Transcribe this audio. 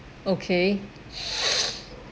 okay